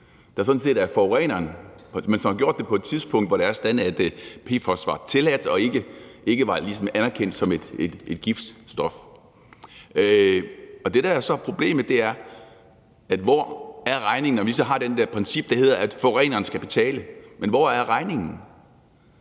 der sådan set er forureneren, men det er gjort på et tidspunkt, hvor PFOS var tilladt og ligesom ikke var anerkendt som et giftstof. Det, der så er problemet, handler om, hvor regningen skal hen, når vi så har det der princip, der hedder, at forureneren skal betale. Men hvor skal regningen